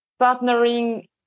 partnering